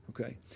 Okay